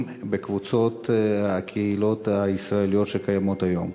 בקבוצות הקהילות הישראליות שקיימות היום.